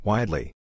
Widely